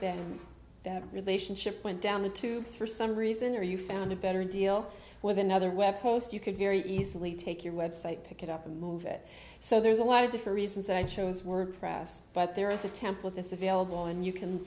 then that relationship went down the tubes for some reason or you found a better deal with another web host you could very easily take your website pick it up and move it so there's a lot of to for reasons i chose wordpress but there is a template this available and you can